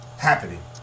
happening